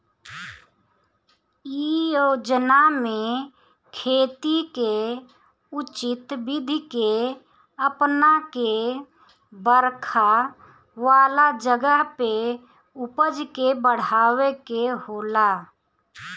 इ योजना में खेती के उचित विधि के अपना के बरखा वाला जगह पे उपज के बढ़ावे के होला